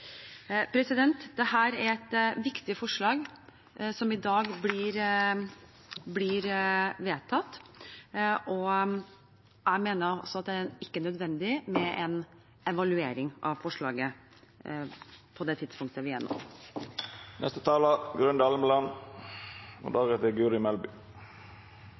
er et viktig forslag, som i dag blir vedtatt. Jeg mener at det ikke er nødvendig med en evaluering av forslaget på dette tidspunktet. En tredelt foreldrepermisjon er bra for barnet, det er bra for mor, og